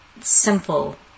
simple